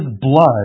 blood